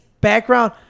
background